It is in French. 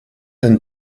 une